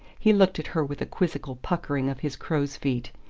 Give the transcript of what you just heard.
he looked at her with a quizzical puckering of his crows'-feet.